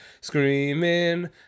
Screaming